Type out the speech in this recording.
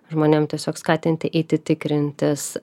žmonėm tiesiog skatinti eiti tikrintis